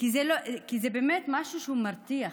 כי זה באמת משהו מרתיח.